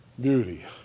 Beauty